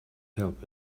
help